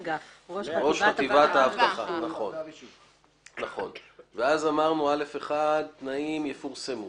אמרנו בסעיף (א1) שתנאים יפורסמו.